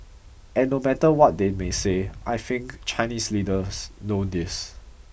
and no matter what they may say I think Chinese leaders know this